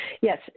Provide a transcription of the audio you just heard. yes